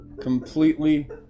Completely